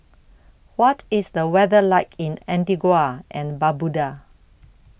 What IS The weather like in Antigua and Barbuda